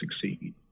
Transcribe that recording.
succeed